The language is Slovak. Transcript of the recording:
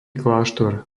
kláštor